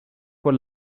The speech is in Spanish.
por